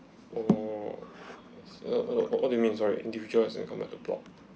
oh uh uh what do you mean sorry individuals as in come as a block